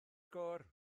sgôr